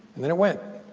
and then it went.